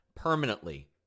permanently